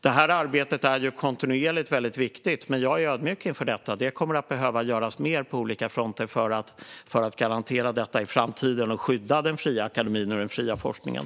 Detta arbete är ju kontinuerligt väldigt viktigt, men jag är ödmjuk inför detta. Det kommer att behöva göras mer på olika fronter för att för att garantera detta i framtiden och skydda den fria akademin och den fria forskningen.